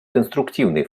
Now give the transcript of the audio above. конструктивный